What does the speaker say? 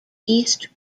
east